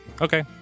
Okay